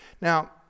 Now